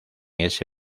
ese